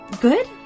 Good